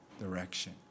direction